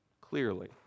clearly